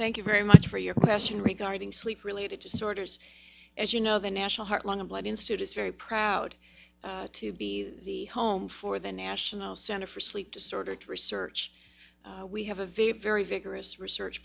thank you very much for your question regarding sleep related disorders as you know the national heart lung and blood institute is very proud to be the home for the national center for sleep disorders research we have a very very vigorous research